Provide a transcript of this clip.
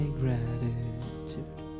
gratitude